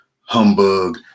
humbug